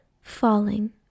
falling